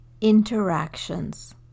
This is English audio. interactions